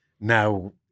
now